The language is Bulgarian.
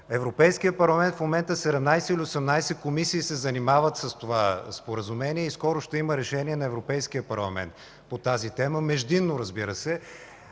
Европейския парламент 17 или 18 комисии се занимават с това споразумение и скоро ще има решение на Европейския парламент по тази тема – междинно, разбира се,